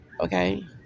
okay